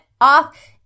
off